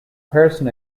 person